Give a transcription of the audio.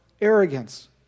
arrogance